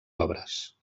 obres